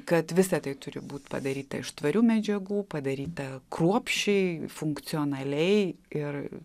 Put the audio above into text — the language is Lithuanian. kad visa tai turi būt padaryta iš tvarių medžiagų padaryta kruopščiai funkcionaliai ir